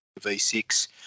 V6